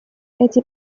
эти